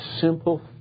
simple